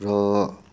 र